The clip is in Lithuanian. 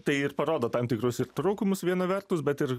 tai ir parodo tam tikrus ir trūkumus viena vertus bet ir